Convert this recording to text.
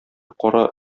кара